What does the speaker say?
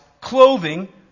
Clothing